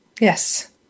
Yes